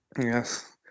Yes